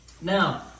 Now